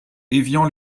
évian